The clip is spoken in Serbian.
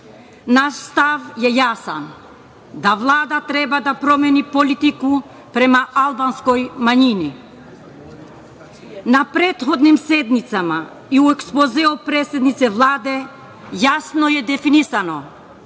Naš stav je jasan, da Vlada treba da promeni politiku prema albanskoj manjini. Na prethodnim sednicama i u ekspozeu predsednice Vlade jasno je definisano